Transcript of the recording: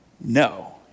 No